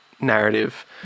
narrative